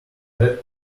red